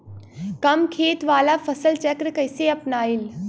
कम खेत वाला फसल चक्र कइसे अपनाइल?